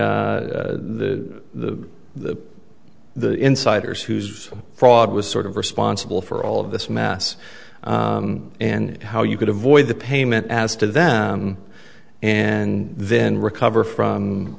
the the the insiders whose fraud was sort of responsible for all of this mess and how you could avoid the payment as to them and then recover from